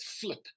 flip